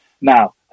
Now